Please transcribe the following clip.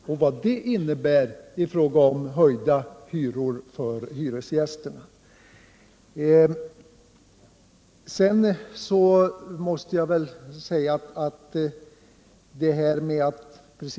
Hon sade inte någonting om vad detta innebär i fråga om hyreshöjningar för hyresgästerna.